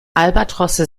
albatrosse